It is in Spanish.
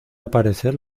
aparecer